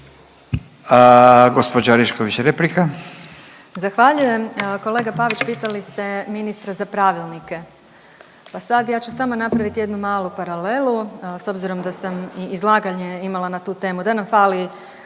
Gospođa Orešković replika.